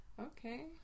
okay